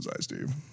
Steve